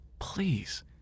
Please